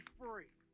free